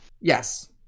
Yes